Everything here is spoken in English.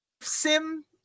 sim